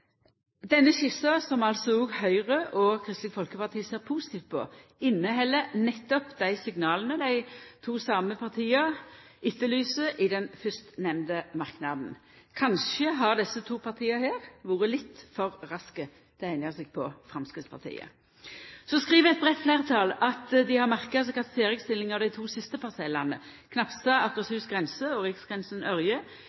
Denne skissa, som altså òg Høgre og Kristeleg Folkeparti ser positivt på, inneheld nettopp dei signala dei same to partia etterlyser i den førstnemnde merknaden. Kanskje har desse to partia her vore litt for raske til å hengja seg på Framstegspartiet. Så skriv eit breitt fleirtal at ein har merka seg at ferdigstilling av dei to siste parsellane,